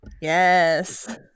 Yes